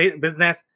business